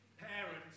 Parents